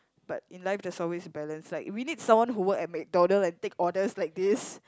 but in life there's always balance like we need someone who work at McDonald's and take orders like this